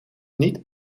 niet